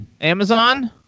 Amazon